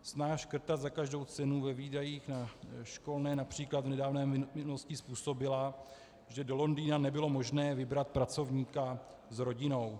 Snaha škrtat za každou cenu ve výdajích na školné např. v nedávné minulosti způsobila, že do Londýna nebylo možné vybrat pracovníka s rodinou.